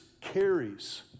carries